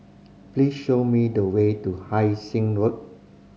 please show me the way to Hai Sing Road